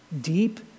deep